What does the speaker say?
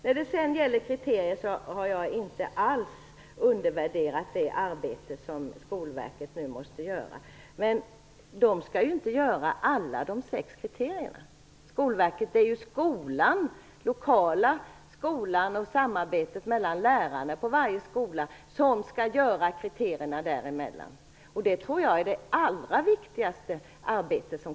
När det sedan gäller kriterier har jag inte alls undervärderat det arbete som Skolverket nu utför. Men där skall man ju inte ta fram alla de sex kriterierna. Det är ju genom de lokala skolorna och genom samarbetet mellan lärarna på varje skola som kriterierna skall utformas, vilket jag tror blir det allra viktigaste arbetet.